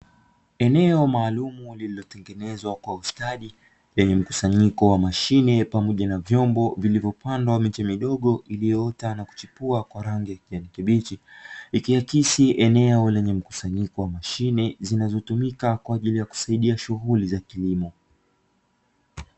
Eneo maalumu lililotengenezwa kwa ustadi lenye mkusanyiko wa mashine pamoja na vyombo vilivyopandwa na kuotesha miche midogo iliyochipua kwa rangi ya kijani kibichi, ikiaksi eneo lenye mkusanyiko wa mashine zinazotumika kwa ajili ya kusaidia shughuli za kilimo.